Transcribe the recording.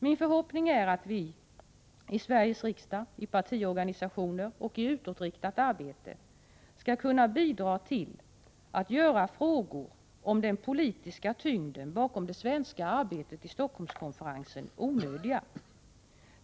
Min förhoppning är att vi alla — i Sveriges riksdag, i partiorganisationer och i utåtriktat arbete — skall kunna bidra till att göra frågor om den politiska tyngden bakom det svenska arbetet i Stockholmskonferensen onödiga.